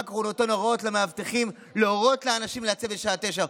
כך הוא נותן הוראות למאבטחים להורות לאנשים לצאת בשעה 21:00,